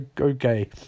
okay